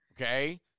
Okay